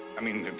i mean.